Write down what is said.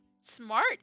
smart